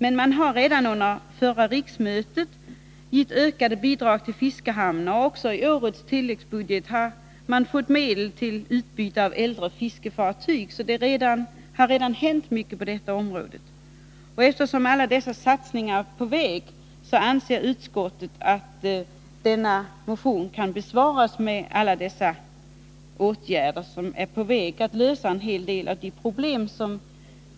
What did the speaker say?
Men redan under förra riksmötet gavs ökade bidrag till fiskehamnar, och även i årets tilläggsbudget har medel avsatts för utbyte av äldre fiskefartyg. Det har således redan hänt mycket på detta område. Utskottet anser därför att motionen kan anses vara besvarad med att många åtgärder redan har vidtagits som är på väg att lösa en hel del av de problem som